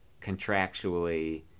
contractually